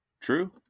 True